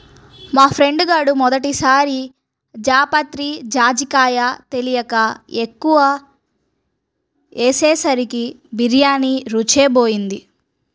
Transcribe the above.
మా ఫ్రెండు గాడు మొదటి సారి జాపత్రి, జాజికాయ తెలియక ఎక్కువ ఏసేసరికి బిర్యానీ రుచే బోయింది